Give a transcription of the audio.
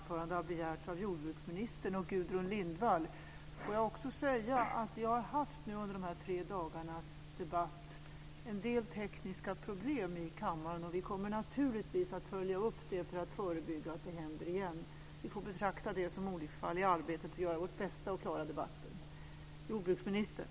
Vi har under de här tre dagarnas debatt haft en del tekniska problem i kammaren, och vi kommer naturligtvis att följa upp dem för att undvika att sådana inträffar igen. Vi får betrakta dem som olycksfall i arbetet och göra vårt bästa för att klara debatten.